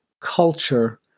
culture